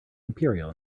imperial